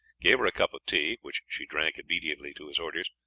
gave her a cup of tea, which she drank obediently to his orders,